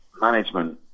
management